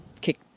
kick